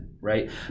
right